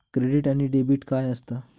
Credit आणि debit काय असता?